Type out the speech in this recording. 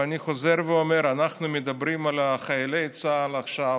ואני חוזר ואומר: אנחנו מדברים על חיילי צה"ל עכשיו,